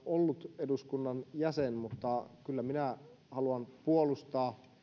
ollut eduskunnan jäsen mutta kyllä minä haluan puolustaa